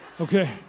Okay